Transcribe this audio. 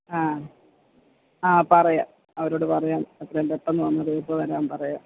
ആ ആ പറയാം അവരോട് പറയാം എത്രയും പെട്ടെന്ന് വന്ന് തീർത്തുതരാന് പറയാം